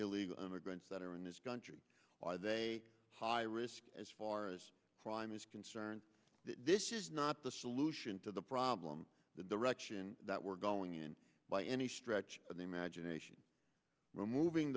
illegal immigrants that are in this country why they high risk as far as crime is concerned this is not the solution to the problem the direction that we're going in by any stretch of the imagination removing